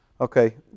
Okay